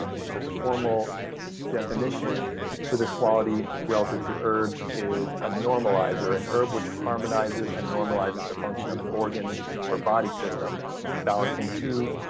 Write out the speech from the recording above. um she says, the formal definition for this quality relative to herbs is a normalizer. an herb which harmonizes and normalizes the function of an organ or body system balancing two.